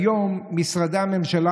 כיום משרדי הממשלה,